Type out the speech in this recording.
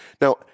Now